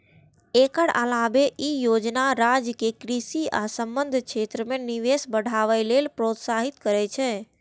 एकर अलावे ई योजना राज्य कें कृषि आ संबद्ध क्षेत्र मे निवेश बढ़ावे लेल प्रोत्साहित करै छै